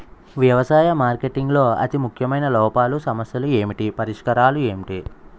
వ్యవసాయ మార్కెటింగ్ లో అతి ముఖ్యమైన లోపాలు సమస్యలు ఏమిటి పరిష్కారాలు ఏంటి?